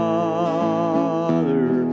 Father